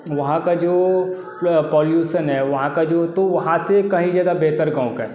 वहाँ का जो पॉल्यूशन है वहाँ का जो तो वहाँ से कहीं ज़्यादा बेहतर गाँव का है